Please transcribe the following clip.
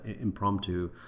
impromptu